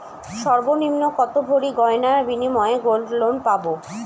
সর্বনিম্ন কত ভরি গয়নার বিনিময়ে গোল্ড লোন পাব?